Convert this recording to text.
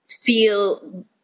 feel